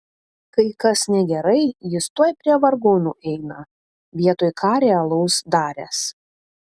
kai kas negerai jis tuoj prie vargonų eina vietoj ką realaus daręs